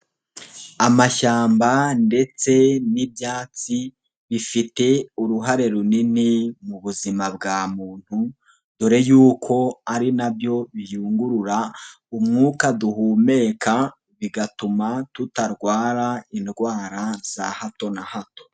Amashyamba ndetse n'ibyatsi bifite uruhare runini mu buzima bwa muntu dore y'uko ari nabyo biyungurura umwuka duhumeka bigatuma tutarwara indwara za hato na hato.